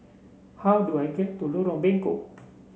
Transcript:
how do I get to Lorong Bengkok